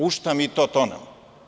U šta mi to tonemo?